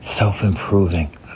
Self-improving